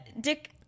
Dick